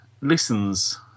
listens